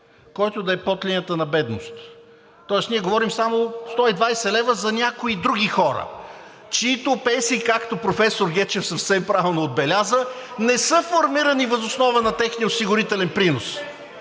който да е под линията на бедност. Тоест ние говорим само 120 лв. за някои други хора, чиито пенсии, както професор Гечев съвсем правилно отбеляза, не са формирани въз основа на техния осигурителен принос.